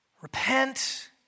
repent